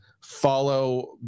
follow